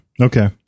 Okay